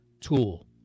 tool